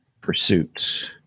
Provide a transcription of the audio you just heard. pursuits